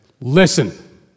Listen